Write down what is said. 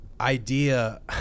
idea